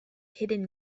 hidden